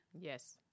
Yes